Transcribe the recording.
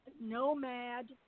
Nomad